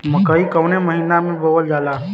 मकई कवने महीना में बोवल जाला?